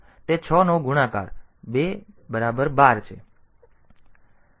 તેથી તે 6 નો ગુણાકાર 2 12 છે